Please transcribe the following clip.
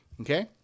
Okay